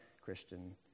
Christian